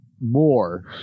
more